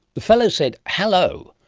the fellow said hello,